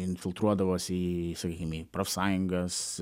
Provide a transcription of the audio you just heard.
infiltruodavosi į sakykim į profsąjungas